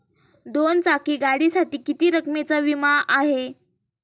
दोन चाकी गाडीसाठी किती रकमेचा विमा आहे?